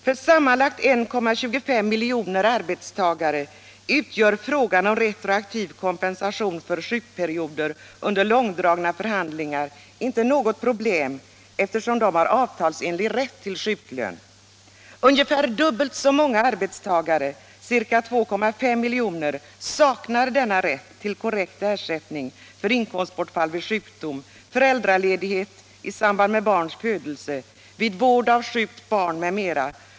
För sammanlagt 1,25 miljoner arbetstagare utgör frågan om retroaktiv kompensation för sjukperioder under långdragna förhandlingar inte något problem, eftersom de har avtalsenlig rätt till sjuklön. Ungefär dubbelt så många arbetstagare, ca 2,5 miljoner, saknar denna rätt till korrekt ersättning för inkomstbortfall vid sjukdom, föräldraledighet, ledighet i samband med barns födelse, ledighet vid vård av sjukt barn m.m.